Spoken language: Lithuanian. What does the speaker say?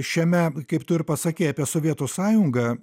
šiame kaip tu ir pasakei apie sovietų sąjungą